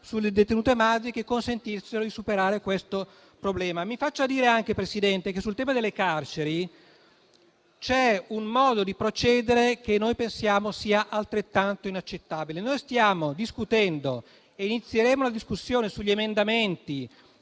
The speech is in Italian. delle detenute madri che consentissero di superare il problema. Mi faccia dire anche, signor Presidente, che sul tema delle carceri c'è un modo di procedere che pensiamo sia altrettanto inaccettabile: stiamo discutendo e inizieremo tra poche ore la discussione sugli emendamenti